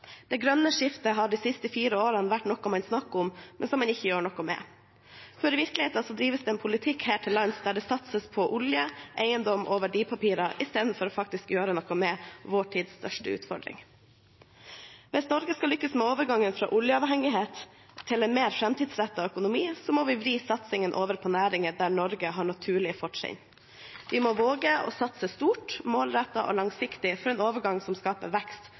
Det grønne skiftet har de siste fire årene vært noe man har snakket om, men som man ikke gjør noe med. For i virkeligheten drives det en politikk her til lands der det satses på olje, eiendom og verdipapirer i stedet for faktisk å gjøre noe med vår tids største utfordring. Hvis Norge skal lykkes med overgangen fra oljeavhengighet til en mer framtidsrettet økonomi, må vi vri satsingene over på næringer der Norge har naturlige fortrinn. Vi må våge å satse stort, målrettet og langsiktig for en overgang som skaper vekst,